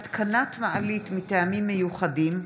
(התקנת מעלית מטעמים מיוחדים),